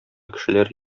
кешеләр